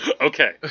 Okay